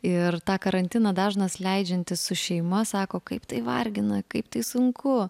ir tą karantiną dažnas leidžiantis su šeima sako kaip tai vargina kaip tai sunku